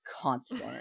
constant